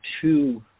two